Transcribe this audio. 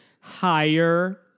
higher